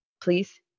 please